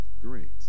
great